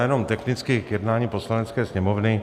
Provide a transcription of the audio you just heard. Já jenom technicky k jednání Poslanecké sněmovny.